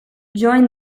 join